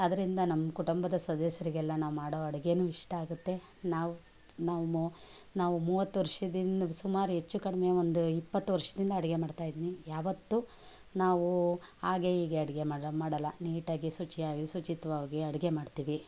ಅದರಿಂದ ನಮ್ಮ ಕುಟುಂಬದ ಸದಸ್ಯರಿಗೆಲ್ಲ ನಾವು ಮಾಡೋ ಅಡುಗೇನು ಇಷ್ಟ ಆಗುತ್ತೆ ನಾವು ನಾವು ಮೊ ನಾವು ಮೂವತ್ತು ವರ್ಷದಿಂದ ಸುಮಾರು ಹೆಚ್ಚು ಕಡಿಮೆ ಒಂದು ಇಪ್ಪತ್ತು ವರ್ಷದಿಂದ ಅಡುಗೆ ಮಾಡ್ತಾಯಿದ್ದೀನಿ ಯಾವತ್ತು ನಾವು ಹಾಗೆ ಹೀಗೆ ಅಡುಗೆ ಮಾಡಲ್ಲ ಮಾಡಲ್ಲ ನೀಟಾಗಿ ಶುಚಿಯಾಗಿ ಶುಚಿತ್ವವಾಗಿ ಅಡುಗೆ ಮಾಡ್ತೀವಿ